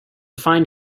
find